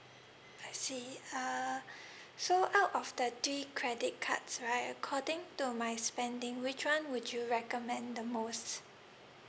I see uh so out of the three credit cards right according to my spending which one would you recommend the most